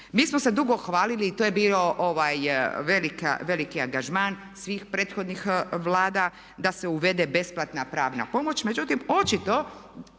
Mi smo se dugo hvalili i to je bio veliki angažman svih prethodnih Vlada da se uvede besplatna pravna pomoć,